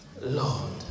Lord